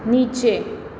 નીચે